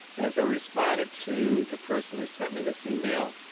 as i responded to the person who sent me this email,